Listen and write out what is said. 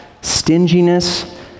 stinginess